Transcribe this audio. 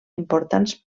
importants